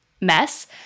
mess